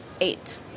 eight